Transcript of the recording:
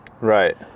Right